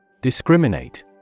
Discriminate